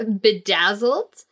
bedazzled